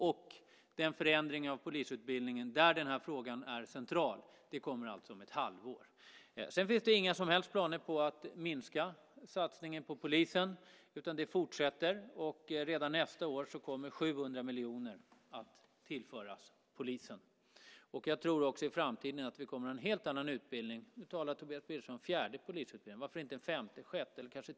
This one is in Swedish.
Förslag om förändring av polisutbildningen, där den här frågan är central, kommer alltså om ett halvår. Sedan finns det inga som helst planer på att minska satsningen på polisen, utan den fortsätter. Redan nästa år kommer 700 miljoner att tillföras polisen. Jag tror också att vi i framtiden kommer att ha en helt annan utbildning. Nu talar Tobias Billström om en fjärde polisutbildning. Varför inte en femte eller en sjätte?